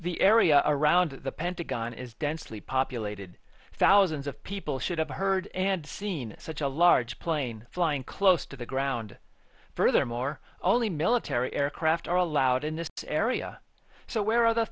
the area around the pentagon is densely populated thousands of people should have heard and seen such a large plane flying close to the ground furthermore only military aircraft are allowed in this area so where are the